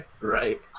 Right